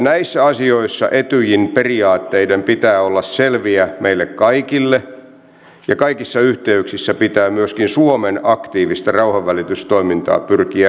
näissä asioissa etyjin periaatteiden pitää olla selviä meille kaikille ja kaikissa yhteyksissä pitää myöskin suomen aktiivista rauhanvälitystoimintaa pyrkiä edesauttamaan